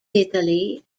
italy